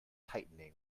tightening